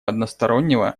одностороннего